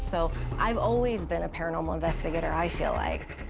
so i've always been a paranormal investigator i feel like.